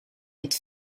met